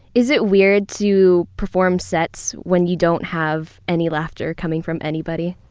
is it weird to perform sets when you don't have any laughter coming from anybody?